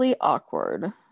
awkward